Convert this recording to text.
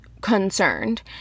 concerned